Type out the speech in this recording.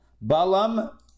Balaam